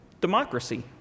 democracy